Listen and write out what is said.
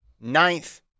ninth